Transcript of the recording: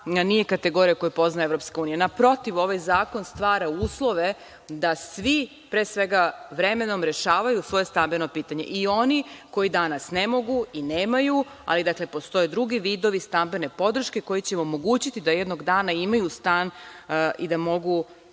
nije kategorija koju poznaje EU. Naprotiv, ovaj zakon stvara uslove da svi, pre svega vremenom, rešavaju svoje stambeno pitanje, i oni koji danas ne mogu i nemaju, ali postoje drugi vidovi stambene podrške koji će im omogućiti da jednog dana imaju stan i da mogu